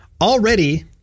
already